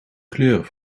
kleur